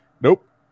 Nope